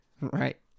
Right